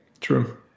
True